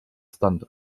stunt